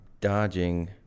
dodging